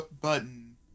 Button